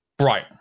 Right